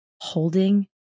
holding